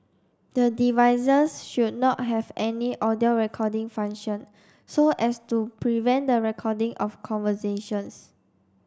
the devices should not have any audio recording function so as to prevent the recording of conversations